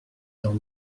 dans